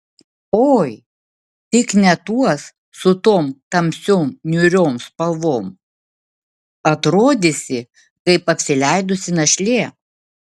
oi tik ne tuos su tom tamsiom niūriom spalvom atrodysi kaip apsileidusi našlė